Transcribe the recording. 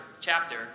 chapter